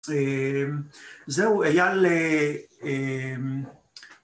זהו, היה ל...